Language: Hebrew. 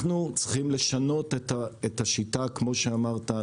אנחנו צריכים לשנות את השיטה, כמו שאמרת.